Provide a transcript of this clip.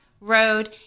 Road